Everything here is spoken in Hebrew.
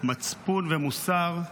מצפון ומוסר,